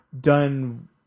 done